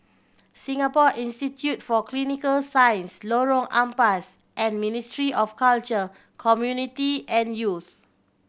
Singapore Institute for Clinical Science Lorong Ampas and Ministry of Culture Community and Youth